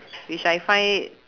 which I find it